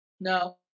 No